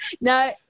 no